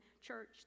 church